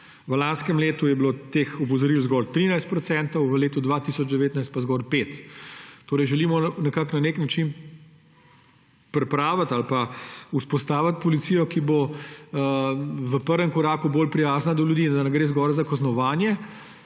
V lanskem letu je bilo teh opozoril zgolj 13 %, v letu 2019 pa zgolj 5 %. Torej želimo na nek način pripraviti ali pa vzpostaviti policijo, ki bo v prvem koraku bolj prijazna do ljudi, da ne gre zgolj za kaznovanje.